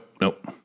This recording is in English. Nope